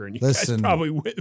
Listen